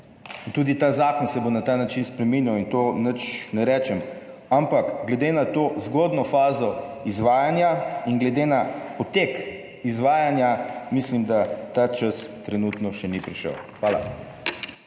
tudi ta zakon se bo na ta način spreminjal in to nič ne rečem. Ampak glede na to zgodnjo fazo izvajanja in glede na potek izvajanja mislim, da ta čas trenutno še ni prišel. Hvala.